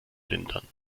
lindern